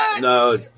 No